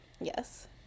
yes